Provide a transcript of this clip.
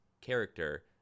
character